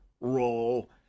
role